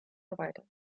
erweitert